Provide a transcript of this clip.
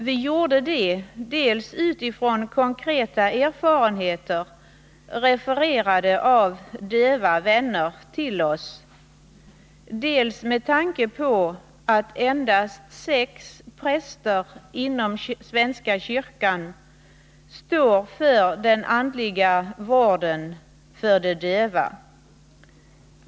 Vi gjorde det dels utifrån konkreta erfarenheter refererade av döva vänner till oss, dels med tanke på att endast sex präster inom svenska kyrkan svarar för den andliga vården för döva.